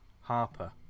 Harper